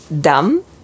Dumb